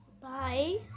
bye